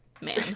man